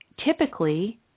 typically